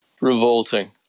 Revolting